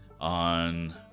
On